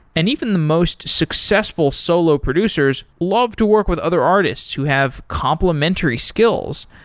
and even the most successful solo producers love to work with other artists who have complementary skills,